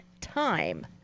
time